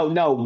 no